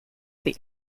the